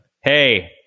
hey